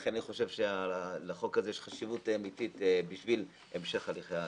לכן אני חושב שלחוק הזה יש חשיבות אמיתית בשביל המשך הליכי התכנון.